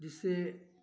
जिससे